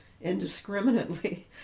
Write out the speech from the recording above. indiscriminately